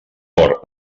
port